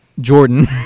Jordan